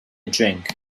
drink